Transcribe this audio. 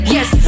Yes